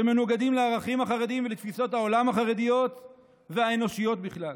שמנוגדים לערכים החרדיים ולתפיסות העולם החרדיות והאנושיות בכלל.